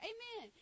Amen